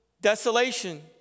desolation